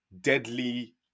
deadly